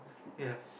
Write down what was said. ya